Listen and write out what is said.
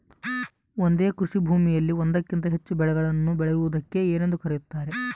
ಒಂದೇ ಕೃಷಿಭೂಮಿಯಲ್ಲಿ ಒಂದಕ್ಕಿಂತ ಹೆಚ್ಚು ಬೆಳೆಗಳನ್ನು ಬೆಳೆಯುವುದಕ್ಕೆ ಏನೆಂದು ಕರೆಯುತ್ತಾರೆ?